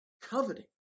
coveting